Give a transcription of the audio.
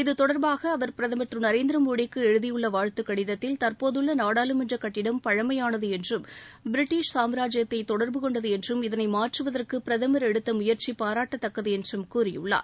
இது தொடர்பாக அவர் பிரதமர் திரு நரேந்திரமோடிக்கு எழுதியுள்ள வாழ்த்து கடிதத்தில் தற்போதுள்ள நாடாளுமன்ற கட்டிடம் பழமையானது என்றும் பிரிட்டிஷ் சாம்ராஜ்யத்தை தொடர்பு கொண்டது என்றும் இதனை மாற்றுவதற்கு பிரதமர் எடுத்த முயற்சி பாராட்டத்தக்கது என்றும் கூறியுள்ளார்